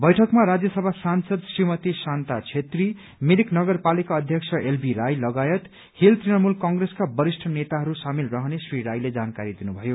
बैठकमा राज्यसभा सांसद श्रीमती शान्ता छेत्री मिरिक नगरपालिका अध्यक्ष एलबी राई लगायत श्रील तृणमूल क्रोसका वरिष्ठ नेताहरू सामेल रहने श्री राईले जानकारी दिनुभयो